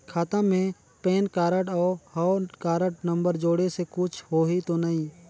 खाता मे PAN card और हव कारड नंबर जोड़े से कुछ होही तो नइ?